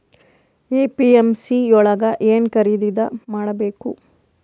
APMC ಯೊಳಗ ಏನ್ ಖರೀದಿದ ಮಾಡ್ಬೇಕು?